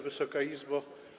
Wysoka Izbo!